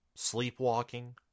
sleepwalking